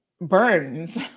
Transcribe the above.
burns